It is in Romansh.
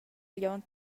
glion